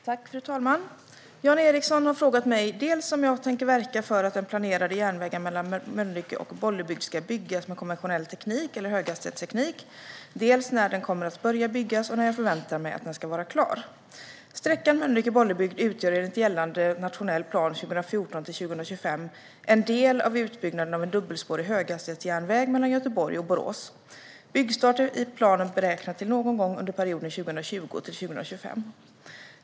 Fru talman! Jan Ericson har frågat mig dels om jag tänker verka för att den planerade järnvägen mellan Mölnlycke och Bollebygd ska byggas med konventionell teknik eller höghastighetsteknik, dels när den kommer att börja byggas och när jag förväntar mig att den ska vara klar. Sträckan Mölnlycke-Bollebygd utgör enligt gällande nationell plan 2014-2025 en del av utbyggnaden av en dubbelspårig höghastighetsjärnväg mellan Göteborg och Borås. Byggstart är i planen beräknad till någon gång under perioden 2020-2025.